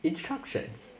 instructions